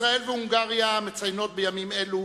ישראל והונגריה מציינות בימים אלה